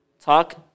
talk